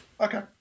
Okay